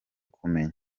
kumenya